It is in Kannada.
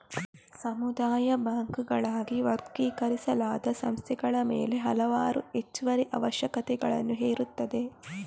ಸಮುದಾಯ ಬ್ಯಾಂಕುಗಳಾಗಿ ವರ್ಗೀಕರಿಸಲಾದ ಸಂಸ್ಥೆಗಳ ಮೇಲೆ ಹಲವಾರು ಹೆಚ್ಚುವರಿ ಅವಶ್ಯಕತೆಗಳನ್ನು ಹೇರುತ್ತದೆ